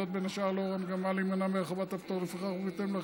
התשע"ח 2018, לקריאה ראשונה.